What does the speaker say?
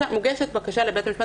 מוגשת בקשה לבית המשפט,